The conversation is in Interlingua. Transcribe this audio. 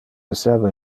esseva